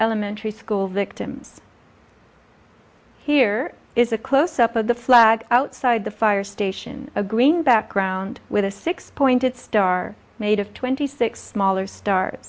elementary school victims here is a closeup of the flag outside the fire station a green background with a six pointed star made of twenty six smaller star